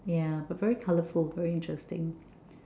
yeah but very colourful very interesting